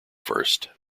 first